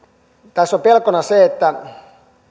tässä on pelkona se että